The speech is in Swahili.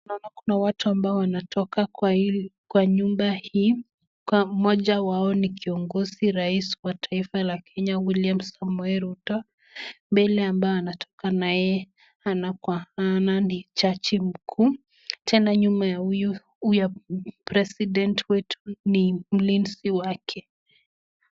Naona kuna watu ambao wanatoka kwa hii kwa nyumba hii. Mmoja wao ni kiongozi, Rais wa taifa la Kenya, William Samoei Ruto. Mbele ambaye anatoka na yeye ana kwa ana ni jaji Mkuu. Tena nyuma ya huyu Rais wetu ni mlinzi wake.